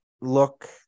Look